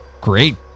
great